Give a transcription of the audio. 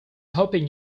hoping